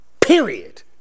period